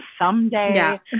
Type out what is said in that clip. someday